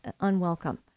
unwelcome